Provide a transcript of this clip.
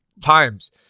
times